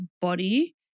body